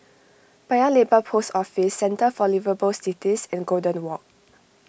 Paya Lebar Post Office Centre for Liveable Cities and Golden Walk